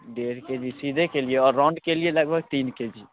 डेढ़ केजी सीधे के लिए और राउंड के लिए लगभग तीन केजी